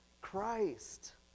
Christ